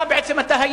אה, אתה בעצם היית.